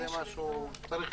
צריך